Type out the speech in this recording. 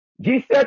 Jesus